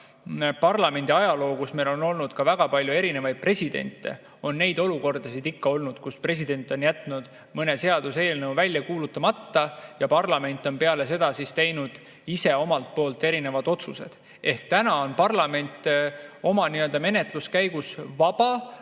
pika parlamendi ajaloo, kus meil on olnud ka väga palju erinevaid presidente, on neid olukordasid ikka olnud, kus president on jätnud mõne seaduseelnõu välja kuulutamata ja parlament on peale seda teinud ise otsused. Ehk täna on parlament oma menetluse käigus vaba,